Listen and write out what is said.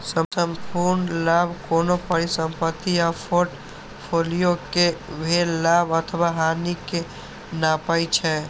संपूर्ण लाभ कोनो परिसंपत्ति आ फोर्टफोलियो कें भेल लाभ अथवा हानि कें नापै छै